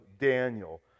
Daniel